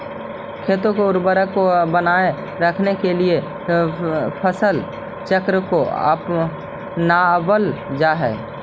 खेतों की उर्वरता को बनाए रखने के लिए फसल चक्र को अपनावल जा हई